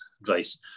advice